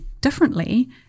differently